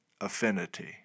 affinity